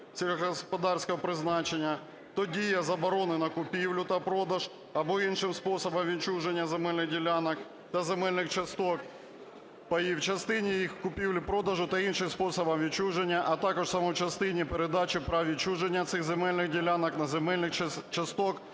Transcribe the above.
сільськогосподарського призначення, то дія заборони на купівлю та продаж або іншим способом відчуження земельних ділянок та земельних часток (паїв), в частині їх купівлі-продажу та іншим способом відчуження, а так само в частині передачі прав на відчуження цих земельних ділянок та земельних часток